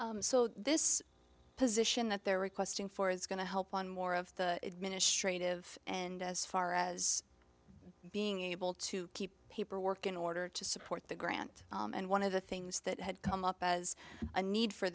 you so this position that they're requesting for is going to help on more of the administrative and as far as being able to keep paperwork in order to support the grant and one of the things that had come up as a need for